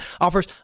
offers